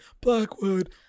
Blackwood